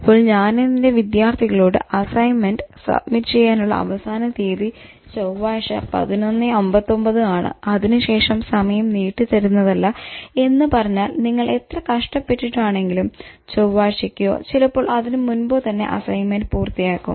അപ്പോൾ ഞാൻ എന്റെ വിദ്യാർഥികളോട് അസൈൻമെന്റ് സബ്മിറ്റ് ചെയ്യാനുള്ള അവസാന തീയതി ചൊവ്വാഴ്ച 1159 ആണ് അതിന് ശേഷം സമയം നീട്ടി തരുന്നതല്ല എന്ന് പറഞ്ഞാൽ നിങ്ങൾ എത്ര കഷ്ടപ്പെട്ടാണെങ്കിലും ചൊവ്വാഴ്ചയ്ക്കോ ചിലപ്പോൾ അതിന് മുൻപോ തന്നെ അസൈൻമെന്റ് പൂർത്തിയാക്കും